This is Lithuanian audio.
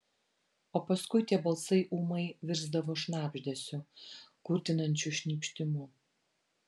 o paskui tie balsai ūmai virsdavo šnabždesiu kurtinančiu šnypštimu